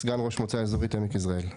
סגן ראש מועצה אזורית עמק יזרעאל.